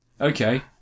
Okay